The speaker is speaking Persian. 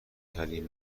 ترین